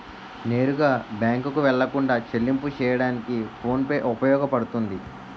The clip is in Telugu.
నేరుగా బ్యాంకుకు వెళ్లకుండా చెల్లింపు చెయ్యడానికి ఫోన్ పే ఉపయోగపడుతుంది